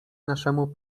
naszemu